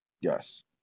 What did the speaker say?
Yes